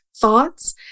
thoughts